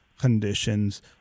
conditions